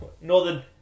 northern